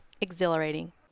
Exhilarating